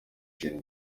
gen